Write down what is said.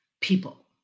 people